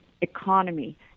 economy